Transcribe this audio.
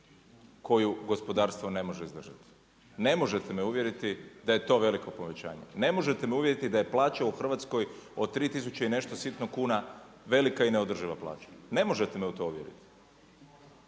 koju gospodarstvo ne može izdržati. Ne možete me uvjeriti da je to veliko povećanje. Ne možete me uvjeriti da je plaća u Hrvatskoj od 3000 i nešto sitno kuna velika i neodrživa plaća. Ne možete me u to uvjeriti.